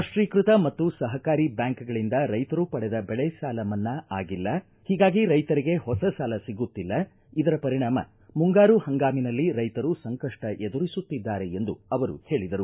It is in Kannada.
ರಾಷ್ಟೀಕೃತ ಮತ್ತು ಸಹಕಾರಿ ಬ್ಯಾಂಕ್ಗಳಿಂದ ರೈತರು ಪಡೆದ ಬೆಳೆ ಸಾಲ ಮನ್ನಾ ಆಗಿಲ್ಲ ಹೀಗಾಗಿ ರೈತರಿಗೆ ಹೊಸ ಸಾಲ ಸಿಗುತ್ತಿಲ್ಲ ಇದರ ಪರಿಣಾಮ ಮುಂಗಾರು ಪಂಗಾಮಿನಲ್ಲಿ ರೈತರು ಸಂಕಷ್ಟ ಎದುರಿಸುತ್ತಿದ್ದಾರೆ ಎಂದು ಅವರು ಹೇಳಿದರು